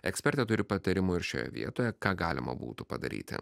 ekspertė turi patarimų ir šioje vietoje ką galima būtų padaryti